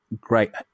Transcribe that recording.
great –